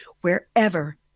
wherever